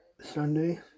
Sunday